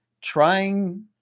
trying